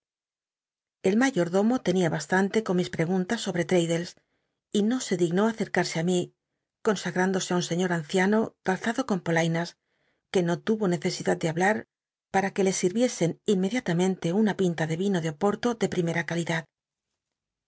el mayordomo tenia bast nte con mis prcguntas sobrc l'raddlcs y no se dignó acerca rse ít mi consagninclose i un señor anciano c lzado con polainas que no tul onecesidad de hablar para ctue le sirl'icscn inmediatamente una pinta de l'ino de opoto de primea calidad